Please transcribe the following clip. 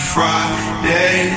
Friday